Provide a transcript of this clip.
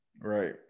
Right